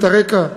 הרקע,